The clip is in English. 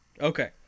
Okay